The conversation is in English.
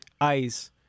Ice